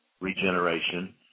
regeneration